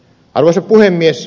arvoisa puhemies